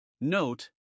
Note